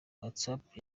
whatsapp